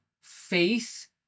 faith